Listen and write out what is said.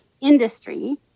industry